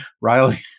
Riley